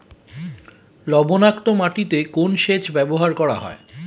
লবণাক্ত মাটিতে কোন সেচ ব্যবহার করা হয়?